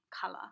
color